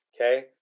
Okay